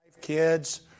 Kids